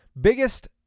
Biggest